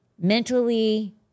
mentally